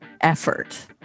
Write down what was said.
effort